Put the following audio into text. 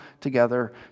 together